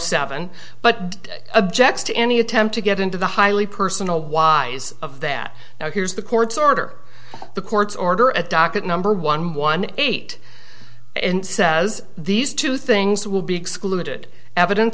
seven but objects to any attempt to get into the highly personal whys of that now here's the court's order the court's order at docket number one one eight and says these two things will be excluded evidence